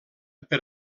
per